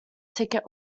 ticket